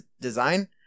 design